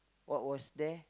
what was there